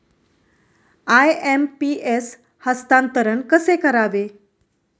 IMPS हस्तांतरण कसे करावे?